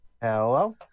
Hello